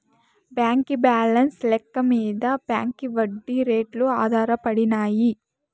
బాంకీ బాలెన్స్ లెక్క మింద బాంకీ ఒడ్డీ రేట్లు ఆధారపడినాయి